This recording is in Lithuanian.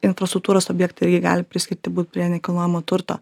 infrastruktūros objektai irgi gali priskirti būt prie nekilnojamo turto